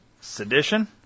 Sedition